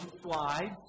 slides